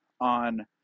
on